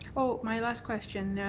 oh, my last question.